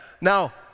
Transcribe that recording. Now